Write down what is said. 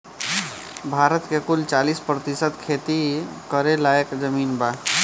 भारत मे कुल चालीस प्रतिशत खेती करे लायक जमीन बा